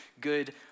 good